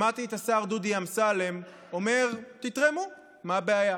שמעתי את השר דודי אמסלם אומר: תתרמו, מה הבעיה?